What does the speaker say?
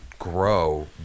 grow